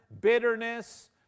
bitterness